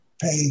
pay